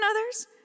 others